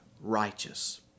righteous